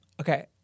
Okay